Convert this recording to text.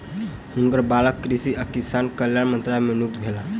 हुनकर बालक कृषि आ किसान कल्याण मंत्रालय मे नियुक्त भेला